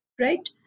right